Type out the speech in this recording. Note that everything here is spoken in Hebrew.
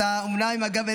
אתה אומנם עם הגב,